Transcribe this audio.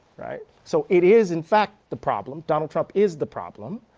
right? so it is, in fact, the problem. donald trump is the problem.